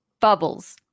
Bubbles